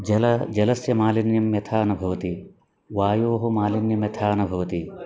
जलस्य जलस्य मालिन्यं यथा न भवति वायोः मालिन्यं यथा न भवति